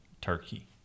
Turkey